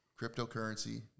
cryptocurrency